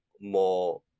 more